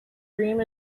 dream